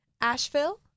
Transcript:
Asheville